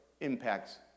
impacts